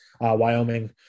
Wyoming